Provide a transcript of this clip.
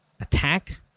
Attack